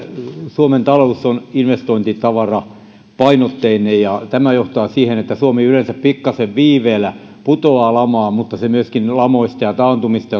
suomen talous on investointitavarapainotteinen ja tämä johtaa siihen että suomi yleensä pikkasen viiveellä putoaa lamaan mutta se myöskin lamoista ja taantumista